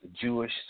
Jewish